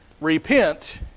repent